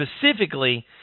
specifically